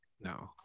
No